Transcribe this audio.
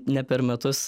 ne per metus